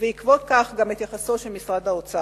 ובעקבות כך גם את יחסו של משרד האוצר.